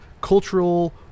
cultural